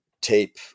tape